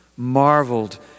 marveled